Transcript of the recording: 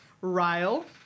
Ryle